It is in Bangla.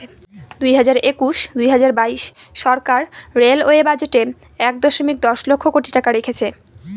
দুই হাজার একুশ দুই হাজার বাইশ সরকার রেলওয়ে বাজেটে এক দশমিক দশ লক্ষ কোটি টাকা রেখেছে